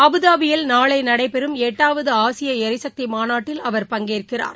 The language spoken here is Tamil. அபுதாபியில் நாளை நடைபெறும் எட்டாவது ஆசிய எரிசக்தி மாநாட்டில் அவர் பங்கேற்கிறார்